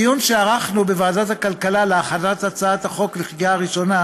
בדיון שערכנו בוועדת הכלכלה להכנת הצעת החוק לקריאה ראשונה